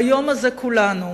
ביום הזה, כולנו,